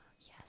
Yes